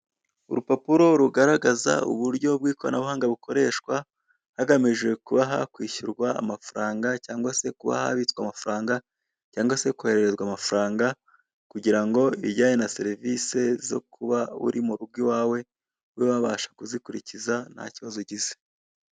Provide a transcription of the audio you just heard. urupapuro rugaragaza uburyo bw'ikoranabuhanga bukoreshwa hagamije kuba hakishyurwa amafaranga cyangwa se kuba habitswa amafaranga cyangwa se kwohererezwa amafaranga kugirango ibijyanye na serivise zo kuba uri mu rugo iwawe ube wabasha kuzikurikiza ntakibazo ugize.